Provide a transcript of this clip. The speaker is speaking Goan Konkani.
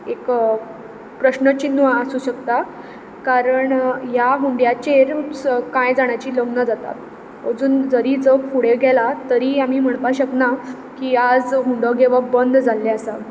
एक प्रश्नचिन्न आसूं शकता कारण ह्या हुंड्याचेरूच कांय जाणाचीं लग्नां जातात अजून जरी जग फुडें गेला तरी आमी म्हणपा शकना की आज हुंडो घेवप बंद जाल्लें आसा